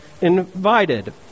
invited